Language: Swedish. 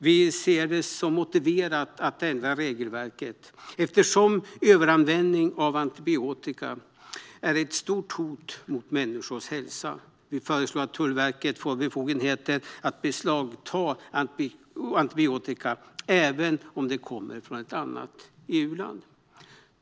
Vi ser det som motiverat att ändra regelverket eftersom överanvändning av antibiotika är ett stort hot mot människors hälsa. Vi föreslår att Tullverket får befogenheter att beslagta antibiotika även om det kommer från ett annat EU-land.